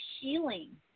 healing